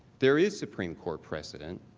there is supreme court precedent